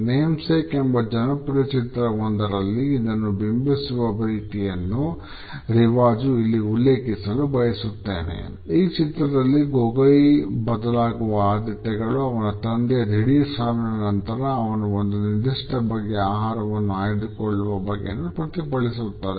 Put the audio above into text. name sake ಬದಲಾಗುವ ಆದ್ಯತೆಗಳು ಅವನ ತಂದೆಯ ದಿಡೀರ್ ಸಾವಿನ ನಂತರ ಅವನು ಒಂದು ನಿರ್ದಿಷ್ಟ ಬಗೆಯ ಆಹಾರವನ್ನು ಆಯ್ದುಕೊಳ್ಳುವ ಬಗೆಯನ್ನು ಪ್ರತಿಫಲಿಸುತ್ತದೆ